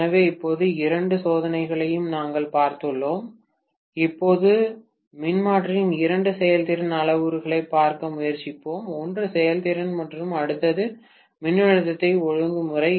எனவே இப்போது இந்த இரண்டு சோதனைகளையும் நாங்கள் பார்த்துள்ளோம் இப்போது மின்மாற்றியின் இரண்டு செயல்திறன் அளவுருக்களைப் பார்க்க முயற்சிப்போம் ஒன்று செயல்திறன் மற்றும் அடுத்தது மின்னழுத்த ஒழுங்குமுறை